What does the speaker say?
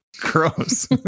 gross